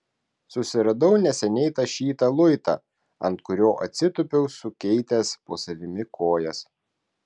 susiradau neseniai tašytą luitą ant kurio atsitūpiau sukeitęs po savimi kojas